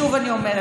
שוב אני אומרת,